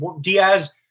Diaz